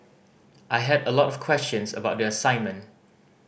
I had a lot of questions about the assignment